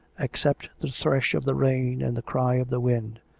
except the thresh of the rain and the cry of the wind.